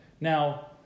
now